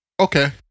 Okay